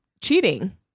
cheating